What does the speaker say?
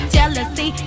Jealousy